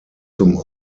zum